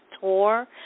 tour